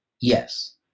Yes